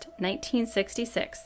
1966